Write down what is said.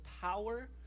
power